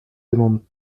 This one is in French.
demandent